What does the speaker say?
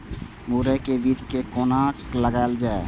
मुरे के बीज कै कोना लगायल जाय?